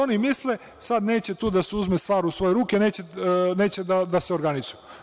Oni misle sada neće tu da se uzme stvar u svoje ruke, neće da se organizuju.